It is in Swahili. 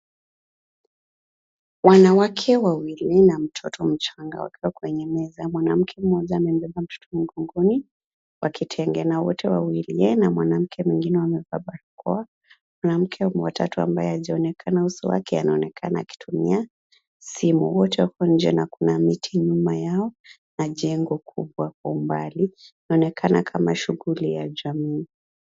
Wanawake wawili na mtoto mchanga wakiwa kwenye meza. Mwanamke mmoja amebeba mtoto mgongoni kwa kitenge na wote wawili yeye na mwanamke mwingine wamevaa barakoa na mke wa tatu ambaye hajaonekana uso wake anaonekana akitumia simu. Wote wako nje na kuna miti nyuma yao na jengo kubwa kwa umbali inaonekana kama shughuli ya jamii.